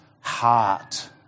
heart